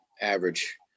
average